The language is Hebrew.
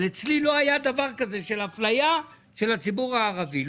אצלי לא היה דבר הזה של אפליה של הציבור הערבי.